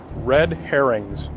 red herrings.